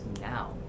now